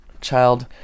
child